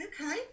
okay